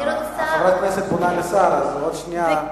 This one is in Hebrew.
חברת הכנסת פונה לשר, אז עוד שנייה.